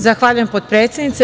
Zahvaljujem potpredsednice.